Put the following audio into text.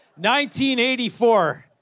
1984